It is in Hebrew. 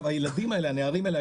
הילדים האלה הנערים האלה,